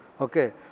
okay